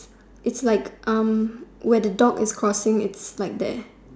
it's like um where the dog is crossing it's like there